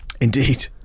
indeed